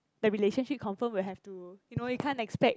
that relationship confirm will have to you know you can't expect